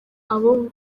abo